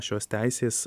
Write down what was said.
šios teisės